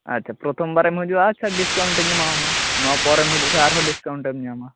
ᱟᱪᱪᱷᱟ ᱯᱨᱚᱛᱷᱚᱢ ᱵᱟᱨᱮᱢ ᱦᱤᱡᱩᱜᱼᱟ ᱟᱪᱪᱷᱟ ᱰᱤᱥᱠᱟᱣᱩᱱᱴ ᱮᱢᱟᱣᱟᱢᱟ ᱱᱚᱣᱟ ᱯᱚᱨᱮᱢ ᱦᱤᱡᱩᱜ ᱠᱷᱟᱱ ᱟᱨᱦᱚᱸ ᱰᱤᱥᱠᱟᱣᱩᱱᱴᱮᱢ ᱧᱟᱢᱟ